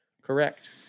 correct